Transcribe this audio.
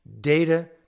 data